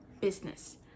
business